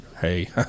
hey